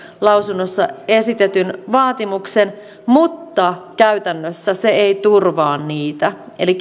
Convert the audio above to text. lausunnossa esitetyn vaatimuksen mutta käytännössä se ei turvaa niitä eli